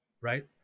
Right